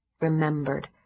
remembered